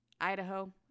Idaho